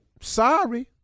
Sorry